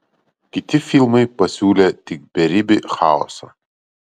kiti filmai pasiūlė tik beribį chaosą